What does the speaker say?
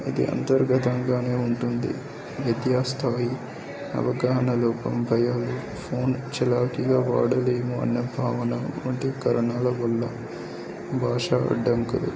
ఇది అంతర్గతంగానే ఉంటుంది విద్యాస్థాయి అవగాహన లోపం భయాలు ఫోన్ చిలాకీగా వాడలేము అన్న భావన వంటి కారణాల వల్ల భాష అడ్డంకలు